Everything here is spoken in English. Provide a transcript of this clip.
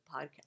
podcast